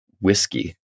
whiskey